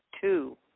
two